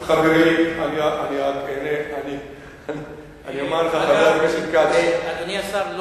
חברים, אני אומר לך, חבר הכנסת כץ, אדוני השר.